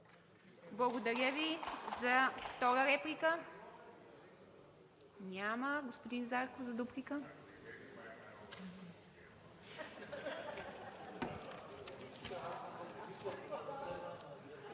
Благодаря Ви. Втора реплика? Няма. Господин Зарков за дуплика.